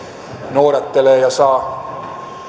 noudattelee ja saa